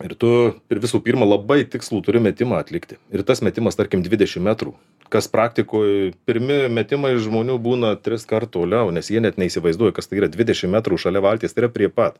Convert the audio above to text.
ir tu pir visų pirma labai tikslų turi metimą atlikti ir tas metimas tarkim dvidešimt metrų kas praktikoj pirmi metimai žmonių būna triskart toliau nes jie net neįsivaizduoja kas tai yra dvidešimt metrų šalia valties yra prie pat